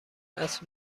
است